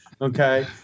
okay